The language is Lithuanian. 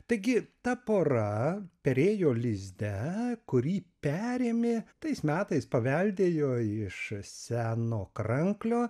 taigi ta pora perėjo lizde kurį perėmė tais metais paveldėjo iš seno kranklio